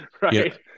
right